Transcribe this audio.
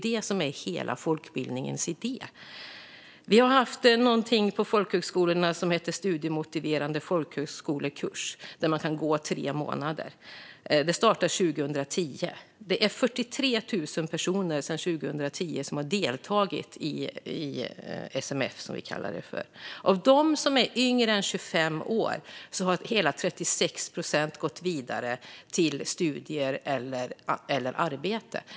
Det är ju folkbildningens hela idé. Vi har haft något på folkhögskolorna som heter studiemotiverande folkhögskolekurs, där man kan gå i tre månader. Det startade 2010. Sedan dess har 43 000 personer deltagit i SMF, som vi kallar det. Av de som är yngre än 25 år har hela 36 procent gått vidare till studier eller arbete.